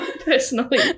personally